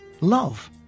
love